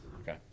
Okay